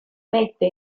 mette